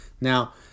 now